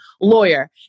lawyer